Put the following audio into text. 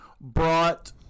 brought